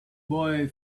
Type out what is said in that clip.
boy